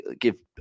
give